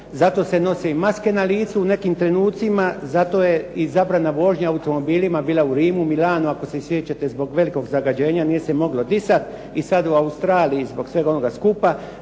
zato se nose i maske na licu u nekim trenucima. Zato je i zabrana vožnje automobilima bila u Rimu, Milanu ako se sjećate zbog velikog zagađenja nije se moglo disati i sad u Australiji zbog svega onoga skupa.